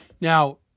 Now